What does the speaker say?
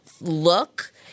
look